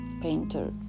painter